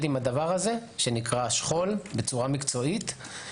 עם הדבר הזה שנקרא שכול בצורה מקצועית,